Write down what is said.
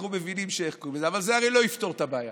אנחנו מבינים אבל זה הרי לא יפתור את הבעיה,